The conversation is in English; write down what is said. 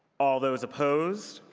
all those opposed?